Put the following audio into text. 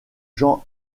jean